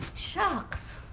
shucks.